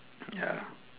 ya